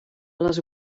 les